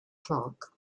clark